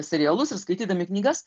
serialus ir skaitydami knygas